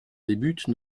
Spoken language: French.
débute